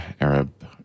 Arab